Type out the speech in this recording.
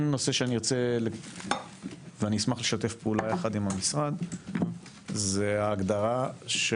כן נושא שאשמח שנשתף פעולה עם המשרד זה ההגדרה של